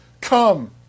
come